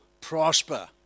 prosper